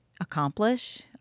accomplish